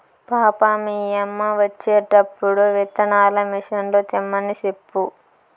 పాపా, మీ యమ్మ వచ్చేటప్పుడు విత్తనాల మిసన్లు తెమ్మని సెప్పు